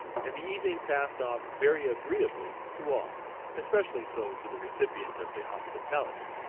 and the evening passed off very agreeably to all, especially so to the recipient of the hospitality.